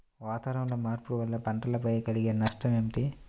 వాతావరణంలో మార్పుల వలన పంటలపై కలిగే నష్టం ఏమిటీ?